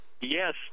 yes